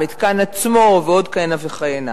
המתקן עצמו ועוד כהנה וכהנה,